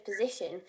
position